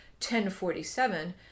1047